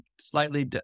slightly